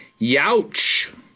Youch